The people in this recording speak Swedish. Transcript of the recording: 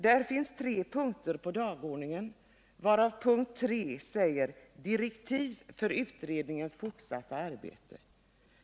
Det finns tre punkter på dagordningen, varav punkt 3 gäller direktiv för utredningens fortsatta arbete.